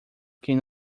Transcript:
quem